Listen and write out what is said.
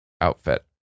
outfit